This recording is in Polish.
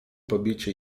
pobici